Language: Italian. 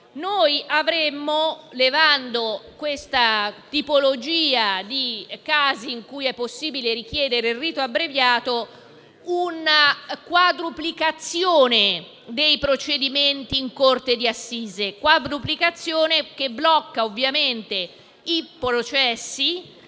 noi avremmo - eliminando questa tipologia di casi per cui è possibile richiedere il rito abbreviato - una quadruplicazione dei procedimenti in corte d'assise, che blocca ovviamente i processi.